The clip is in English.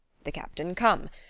the captain come,